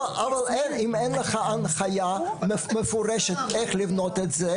אם אין לך הנחיה מפורשת איך לבנות את זה